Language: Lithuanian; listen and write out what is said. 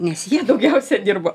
nes jie daugiausia dirbo